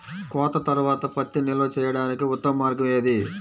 కోత తర్వాత పత్తిని నిల్వ చేయడానికి ఉత్తమ మార్గం ఏది?